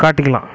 காட்டிக்கலாம்